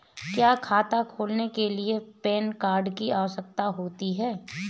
क्या खाता खोलने के लिए पैन कार्ड की आवश्यकता होती है?